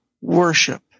worship